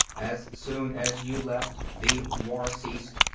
as soon as you left, the war ceased.